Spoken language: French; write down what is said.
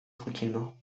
tranquillement